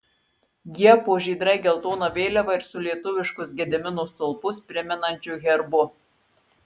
jie po žydrai geltona vėliava ir su lietuviškus gedimino stulpus primenančiu herbu